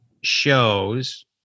shows